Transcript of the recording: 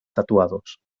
tatuados